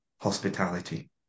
hospitality